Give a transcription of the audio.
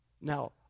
Now